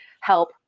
help